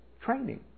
Training